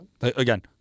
Again